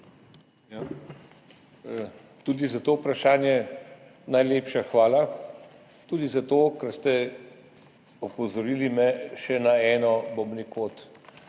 Tudi za to vprašanje najlepša hvala. Tudi zato, ker ste me opozorili še na eno od dolgo